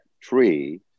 tree